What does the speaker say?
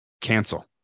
cancel